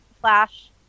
flash